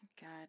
God